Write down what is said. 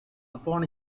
upon